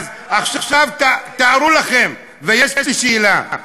עכשיו תארו לכם, ויש לי שאלה: